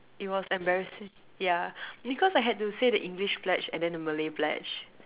it was embarrassing ya because I had to say the English pledge and then the Malay pledge